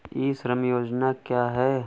ई श्रम योजना क्या है?